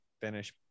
finish